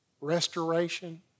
restoration